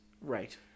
Right